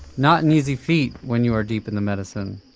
not an easy feat when you are deep in the medicine